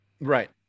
right